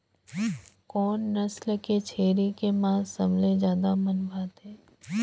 कोन नस्ल के छेरी के मांस सबले ज्यादा मन भाथे?